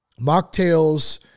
mocktails